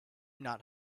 not